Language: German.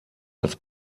als